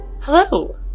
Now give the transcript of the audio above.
Hello